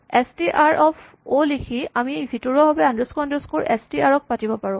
S T R of অ' লিখি আমি ভিতৰুৱাভাৱে underscore underscore S T R ক মাতিব পাৰোঁ